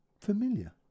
familiar